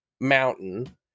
mountain